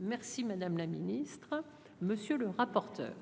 Merci madame la ministre, monsieur le rapporteur.